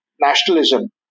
nationalism